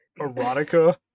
erotica